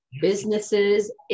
businesses